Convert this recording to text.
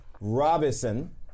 Robinson